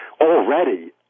already